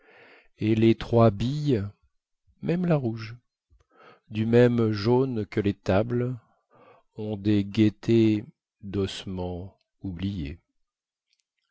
et les trois billes même la rouge du même jaune que les tables ont des gaietés dossements oubliés